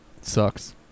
sucks